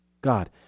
God